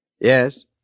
Yes